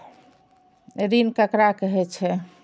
ऋण ककरा कहे छै?